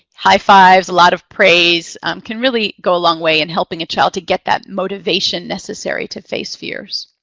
high fives, a lot of praise can really go a long way in helping a child to get that motivation necessary to face fears.